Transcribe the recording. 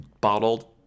Bottled